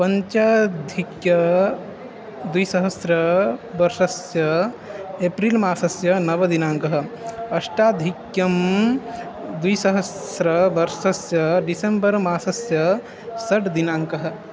पञ्चाधिकद्विसहस्रतमवर्षस्य एप्रिल्मासस्य नवमः दिनाङ्कः अष्टाधिकद्विसहस्रतमवर्षस्य डिसेम्बर्मासस्य षष्ठः दिनाङ्कः